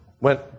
went